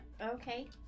Okay